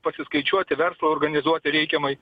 pasiskaičiuoti verslo organizuoti reikiamai